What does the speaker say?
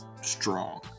strong